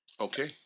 Okay